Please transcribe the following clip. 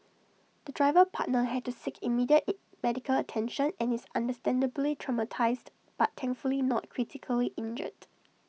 the driver partner had to seek immediate in medical attention and is understandably traumatised but thankfully not critically injured